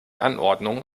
anordnungen